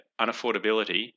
unaffordability